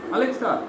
Alexa